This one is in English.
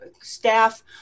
staff